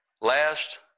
last